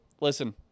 Listen